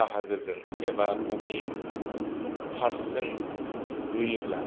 बाहागोजों एबा बबे पार्टस जों जोयोब्ला